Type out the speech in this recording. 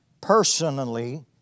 personally